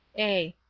a.